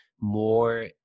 more